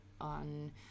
on